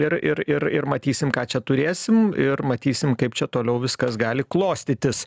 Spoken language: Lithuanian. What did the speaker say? ir ir ir ir matysim ką čia turėsim ir matysim kaip čia toliau viskas gali klostytis